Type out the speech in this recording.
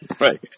Right